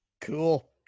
Cool